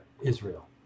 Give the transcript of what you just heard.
Israel